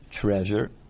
treasure